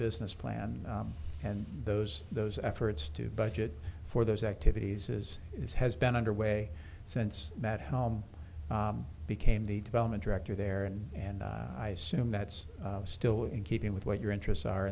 business plan and those those efforts to budget for those activities as is has been underway since that home became the development director there and and i assume that's still in keeping with what your interests are